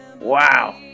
wow